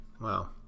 Wow